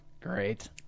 Great